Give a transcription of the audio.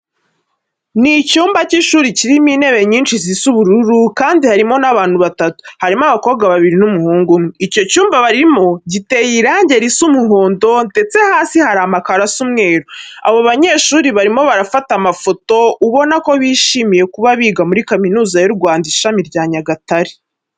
Ni icyumba cy'ishuri kirimo intebe nyinshi zisa ubururu kandi harimo n'abantu batatu, harimo abakobwa babiri n'umuhungu umwe. Icyo cyumba barimo giteye irange risa umuhondo ndetse hasi harimo amakaro asa umweru. Abo banyeshuri barimo barifata amafoto ubona ko bishimiye kuba biga muri Kaminuza y'u Rwanda Ishami rya Nyagatare.